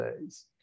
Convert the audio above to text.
days